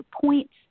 points